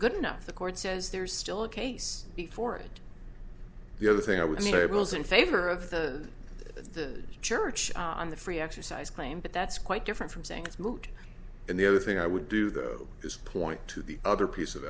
good enough the court says there's still a case before it the other thing i would say rules in favor of the the church on the free exercise claim but that's quite different from saying it's moot and the other thing i would do though is point to the other piece of